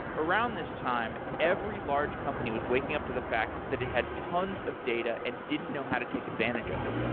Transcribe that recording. around this time, every large company was waking up to the fact that it had tons of data and didn't know how to take advantage of it.